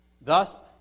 Thus